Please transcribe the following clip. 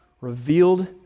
revealed